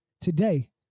today